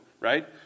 right